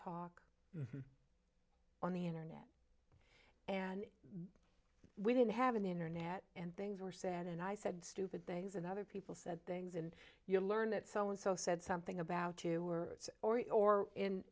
talk on the internet and we didn't have an internet and things were said and i said stupid things in other people said things and you learn that so and so said something about two words or e or in